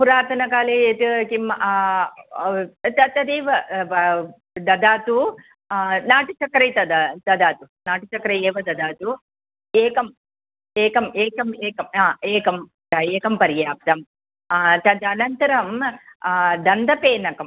पुरातनकाले यत् किं त तदेव बा ददातु नाटिचकरेत् दद ददातु नाटिचकरे एव ददातु एकम् एकम् एकम् एकं एकं ह एकं पर्याप्तं तदनन्तरं दन्तपेनकं